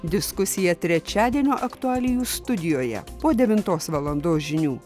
diskusija trečiadienio aktualijų studijoje po devintos valandos žinių